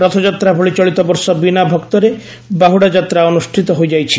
ରଥଯାତ୍ରା ଭଳି ଚଳିତବର୍ଷ ବିନା ଭକ୍ତରେ ବାହୁଡା ଯାତ୍ରା ଅନୁଷ୍ଷିତ ହୋଇଯାଇଛି